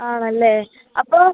ആണല്ലേ അപ്പം